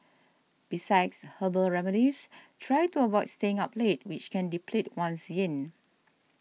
besides herbal remedies try to avoid staying up late which can deplete one's yin